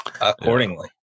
accordingly